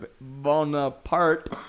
Bonaparte